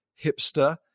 hipster